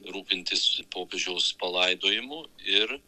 rūpintis popiežiaus palaidojimu ir